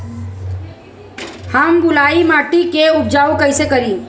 हम बलुइ माटी के उपचार कईसे करि?